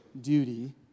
duty